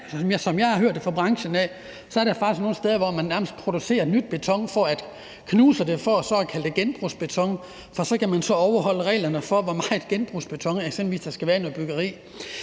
som jeg har hørt fra branchen, er der faktisk nogle steder i dag, hvor man nærmest producerer ny beton for at knuse den, for at man så kan kalde den genbrugsbeton, for så kan man overholde reglerne for, hvor meget genbrugsbeton der eksempelvis skal være i noget byggeri.